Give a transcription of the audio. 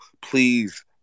Please